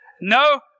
no